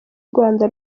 rwanda